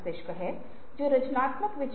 मस्तिष्क अपने संसाधनों का अनुकूलन करता है